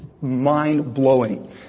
mind-blowing